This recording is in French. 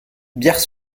biars